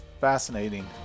fascinating